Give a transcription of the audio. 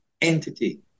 entity